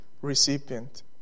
recipient